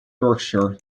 berkshire